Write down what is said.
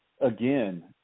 Again